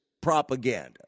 propaganda